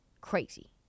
crazy